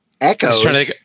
Echoes